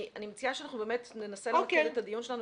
אני מציעה שננסה למקד את הדיון שלנו,